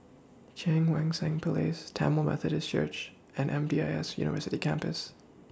Cheang Wan Seng Place Tamil Methodist Church and M D I S University Campus